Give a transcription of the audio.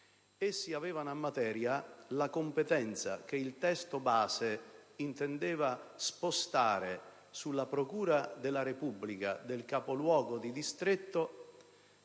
aventi ad oggetto la competenza che il testo base intendeva spostare sulla procura della Repubblica del capoluogo di distretto